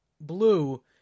blue